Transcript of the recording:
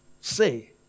say